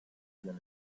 even